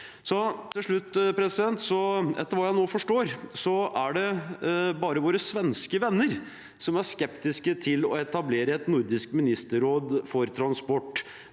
Til slutt, etter hva jeg nå forstår, er det bare våre svenske venner som er skeptiske til å etablere et nordisk ministerråd for transport,